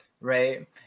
right